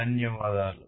ధన్యవాదాలు